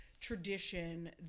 tradition